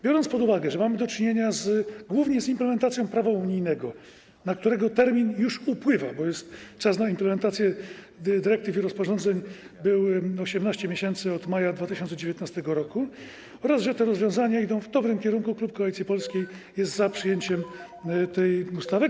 Biorąc pod uwagę, że mamy do czynienia głównie z implementacją prawa unijnego, której termin już upływa, bo czas na implementację dyrektyw i rozporządzeń wynosił 18 miesięcy od maja 2019 r., oraz że te rozwiązania idą w dobrym kierunku, klub Koalicji Polskiej jest za przyjęciem tej ustawy.